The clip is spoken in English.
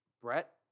Brett